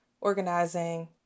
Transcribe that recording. organizing